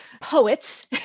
poets